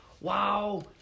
wow